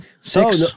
Six